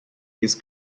his